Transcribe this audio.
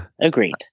Agreed